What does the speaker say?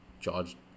charged